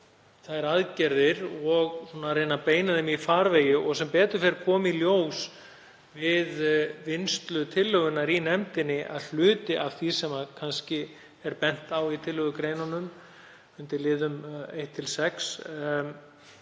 þær aðgerðir og reyna að beina þeim í farvegi og sem betur fer kom í ljós, við vinnslu tillögunnar í nefndinni, að hluti af því sem kannski er bent á í tillögugreinunum, undir liðum 1–6,